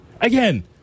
Again